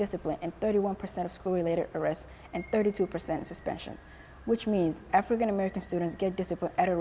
discipline and thirty one percent of school related arrests and thirty two percent suspension which means african american students get discipline at a